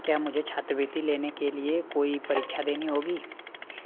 क्या मुझे छात्रवृत्ति लेने के लिये कोई परीक्षा देनी होगी